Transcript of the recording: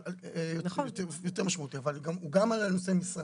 אבל גם על נושאי משרה.